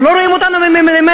הם לא רואים אותנו ממטר,